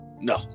No